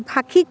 ভাষিক